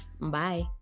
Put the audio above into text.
bye